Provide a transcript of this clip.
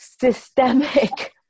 systemic